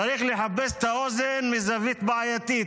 צריך לחפש את האוזן מזווית בעייתית,